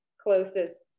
closest